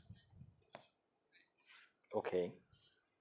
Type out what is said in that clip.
okay